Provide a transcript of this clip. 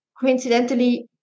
coincidentally